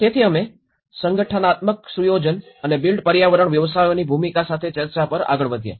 તેથી અમે સંગઠનાત્મક સુયોજન અને બિલ્ટ પર્યાવરણ વ્યવસાયોની ભૂમિકા સાથે ચર્ચા પર આગળ વધ્યા